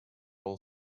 all